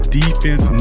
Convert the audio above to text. defense